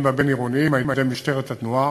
והבין-עירוניים על-ידי משטרת התנועה.